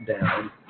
down